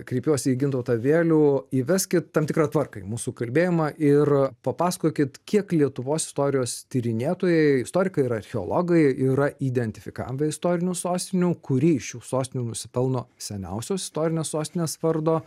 kreipiuosi į gintautą vėlių įveskit tam tikrą tvarką į mūsų kalbėjimą ir papasakokit kiek lietuvos istorijos tyrinėtojai istorikai ir archeologai yra identifikavę istorinių sostinių kuri iš šių sostinių nusipelno seniausios istorinės sostinės vardo